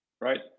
right